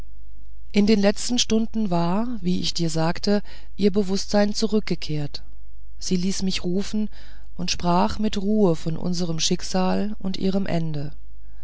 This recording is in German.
in den letzten stunden war wie ich dir sagte ihr bewußtsein zurückgekehrt sie ließ mich rufen und sprach mit ruhe von unserem schicksal und ihrem ende